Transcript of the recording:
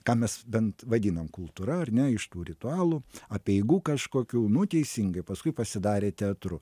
ką mes bent vadinam kultūra ar ne iš tų ritualų apeigų kažkokių nu teisingai paskui pasidarė teatru